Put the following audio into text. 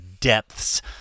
depths